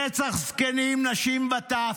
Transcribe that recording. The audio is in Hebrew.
רצח זקנים, נשים וטף,